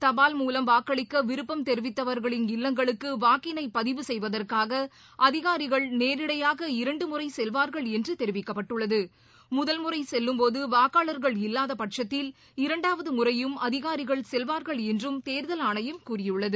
தபால் மூவம் வாக்களிக்க விருப்பம் தெரிவித்தவர்களின் இல்லங்களுக்கு வாக்கினை பதிவு செய்வதற்காக அதிகாரிகள் நேரிடையாக இரண்டுமுறை செல்வார்கள் என்று தெரிவிக்கப்பட்டுள்ளது முதல்முறை செல்லும் போது வாக்காளர்கள் இல்லாதபட்சத்தில் இரண்டாவது முறையும் அதிகாரிகள் செல்வார்கள் என்றும் தேர்தல் ஆணையம் கூறியுள்ளது